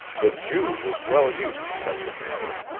the jew was well used to such a manner.